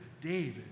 David